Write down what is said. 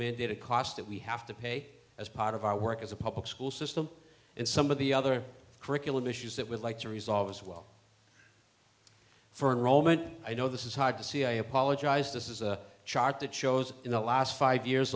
mandate a cost that we have to pay as part of our work as a public school system and some of the other curriculum issues that would like to resolve as well for an roman i know this is hard to see i apologize this is a chart that shows in the last five years